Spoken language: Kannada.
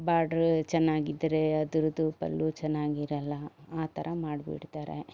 ಬಾಡ್ರು ಚೆನ್ನಾಗಿದ್ದರೆ ಅದರದು ಪಲ್ಲು ಚೆನ್ನಾಗಿರಲ್ಲ ಆ ಥರ ಮಾಡಿಬಿಡ್ತಾರೆ